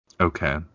Okay